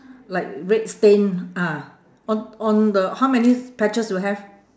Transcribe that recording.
like red stain ah on on the how many patches do you have